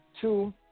two